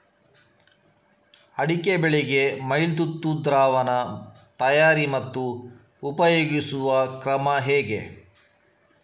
ಅಡಿಕೆ ಬೆಳೆಗೆ ಮೈಲುತುತ್ತು ದ್ರಾವಣ ತಯಾರಿ ಮತ್ತು ಉಪಯೋಗಿಸುವ ಕ್ರಮ ಹೇಗೆ?